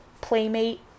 playmate